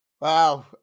Wow